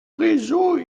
réseau